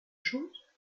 chose